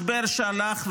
משבר שהלך והעמיק,